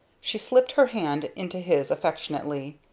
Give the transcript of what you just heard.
she slipped her hand into his affectionately.